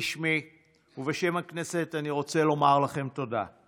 בשמי ובשם הכנסת אני רוצה לומר לכם תודה,